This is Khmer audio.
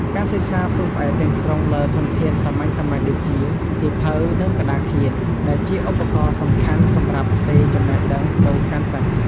ការសិក្សាពឹងផ្អែកទាំងស្រុងលើធនធានសាមញ្ញៗដូចជា សៀវភៅ និង ក្តារខៀន ដែលជាឧបករណ៍សំខាន់សម្រាប់ផ្ទេរចំណេះដឹងទៅកាន់សិស្ស។